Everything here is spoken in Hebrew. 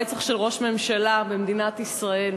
רצח של ראש ממשלה במדינת ישראל,